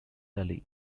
ali